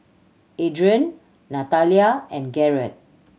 Adrain Natalia and Garrett